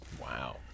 Wow